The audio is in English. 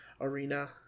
arena